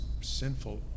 sinful